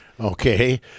okay